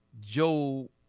Joe